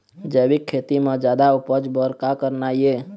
जैविक खेती म जादा उपज बर का करना ये?